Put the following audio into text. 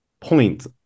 point